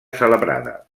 celebrada